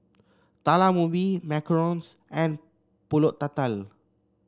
Talam Ubi macarons and pulut tatal